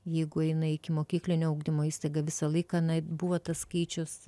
jeigu jinai ikimokyklinio ugdymo įstaiga visą laiką na buvo tas skaičius